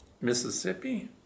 Mississippi